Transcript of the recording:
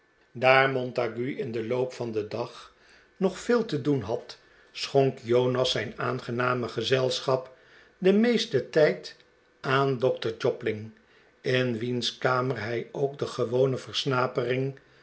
daar montague in den loop van den dag nog veel te doen had schonk jonas zijn aangename gezelschap den meesten tij d aan dokter jobling in wiens kamer hij ook de gewone versnapering